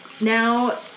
now